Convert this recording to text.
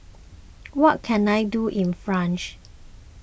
what can I do in France